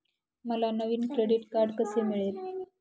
मला नवीन credit card कसे मिळेल?